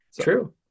True